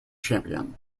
champion